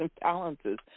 balances